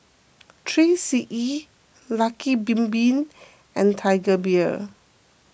three C E Lucky Bin Bin and Tiger Beer